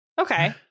okay